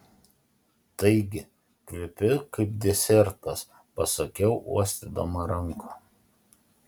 taigi kvepiu kaip desertas pasakiau uostydama ranką